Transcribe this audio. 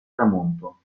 tramonto